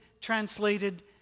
translated